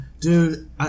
dude